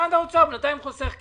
משרד האוצר בינתיים חוסך כסף.